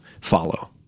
follow